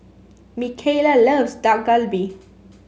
Mikayla loves Dak Galbi